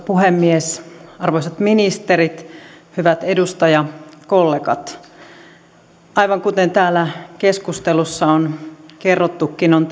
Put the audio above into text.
puhemies arvoisat ministerit hyvät edustajakollegat aivan kuten täällä keskustelussa on kerrottukin on